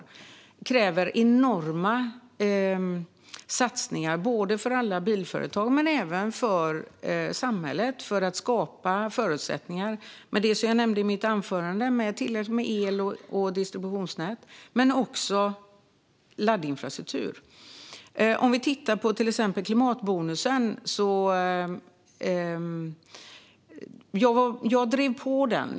Detta kräver enorma satsningar för alla bilföretag men även för samhället för att skapa förutsättningar. Det handlar om det som jag nämnde i mitt anförande - tillräckligt med el och distributionsnät men också laddinfrastruktur. När det gäller till exempel klimatbonusen drev jag på.